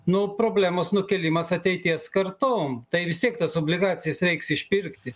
nu problemos nukėlimas ateities kartom tai vis tiek tas obligacijas reiks išpirkti